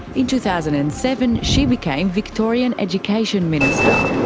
in two thousand and seven she became victorian education minister.